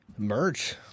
Merch